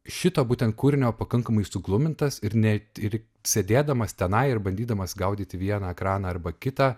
šito būtent kūrinio pakankamai suglumintas ir net ir sėdėdamas tenai ir bandydamas gaudyti vieną ekraną arba kitą